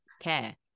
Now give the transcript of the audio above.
care